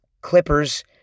Clippers